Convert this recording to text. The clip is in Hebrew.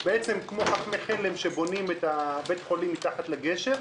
בעצם כמו חכמי חלם שבונים את בית החולים מתחת לגשר,